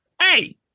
Hey